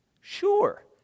Sure